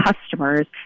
customers